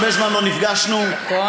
הרבה זמן לא נפגשנו כאן,